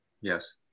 Yes